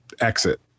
exit